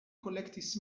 kolektis